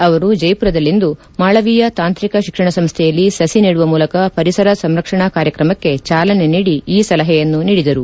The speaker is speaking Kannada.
ಅವರು ಜೈಪುರದಲ್ಲಿಂದು ಮಾಳವಿಯ ತಾಂತ್ರಿಕ ಶಿಕ್ಷಣ ಸಂಸ್ದೆಯಲ್ಲಿ ಸಸಿ ನೆಡುವ ಮೂಲಕ ಪರಿಸರ ಸಂರಕ್ಷಣಾ ಕಾರ್ಯಕ್ರಮಕ್ಕೆ ಚಾಲನೆ ನೀಡಿ ಈ ಸಲಹೆಯನ್ನು ನೀಡಿದರು